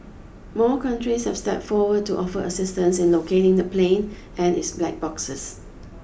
more countries have stepped forward to offer assistance in locating the plane and its black boxes